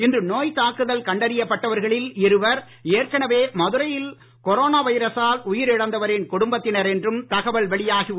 இன்று நோய் தாக்குதல் கண்டறியப் பட்டவர்களில் இருவர் ஏற்கனவே மதுரையில் கொரோனா வைரசால் உயிர் இழந்தவரின் குடும்பத்தினர் என்றும் தகவல் வெளியாகி உள்ளது